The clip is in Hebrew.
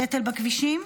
הקטל בכבישים.